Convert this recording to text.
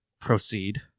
Proceed